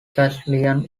castilian